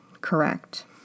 correct